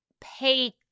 pay